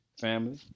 Family